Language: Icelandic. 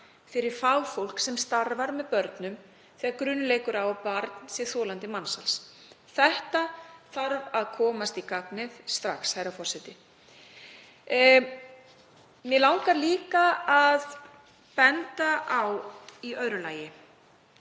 fyrir fagfólk sem starfar með börnum þegar grunur leikur á að barn sé þolandi mansals. Þetta þarf að komast í gagnið strax, herra forseti. Mig langar í öðru lagi